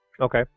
Okay